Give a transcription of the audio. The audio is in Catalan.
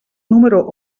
número